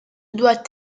doit